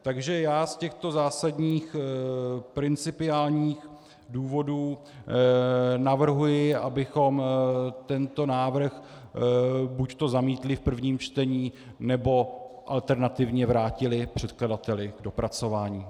Takže já z těchto zásadních principiálních důvodů navrhuji, abychom tento návrh buďto zamítli v prvním čtení, nebo alternativně, vrátili předkladateli k dopracování.